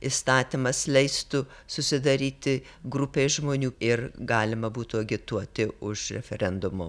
įstatymas leistų susidaryti grupei žmonių ir galima būtų agituoti už referendumo